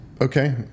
Okay